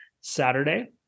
Saturday